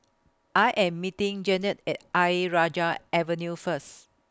I Am meeting Jeannette At Ayer Rajah Avenue First